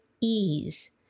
ease